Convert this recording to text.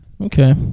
okay